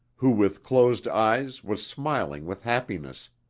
who with closed eyes was smiling with happiness.